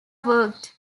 worked